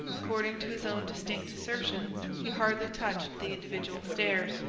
according to his own distinct assertions, he hardly touched the individual stairs,